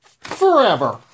forever